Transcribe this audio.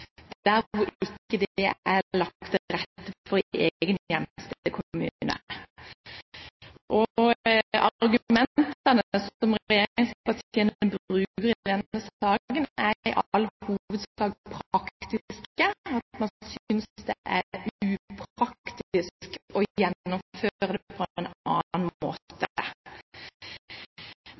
der hvor det ikke er lagt til rette for det i egen hjemkommune. Argumentene som regjeringspartiene bruker i denne saken, er i all hovedsak praktiske – man synes det er upraktisk å gjennomføre det på en annen måte. Men jeg har egentlig bare et helt enkelt spørsmål, og det